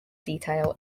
detail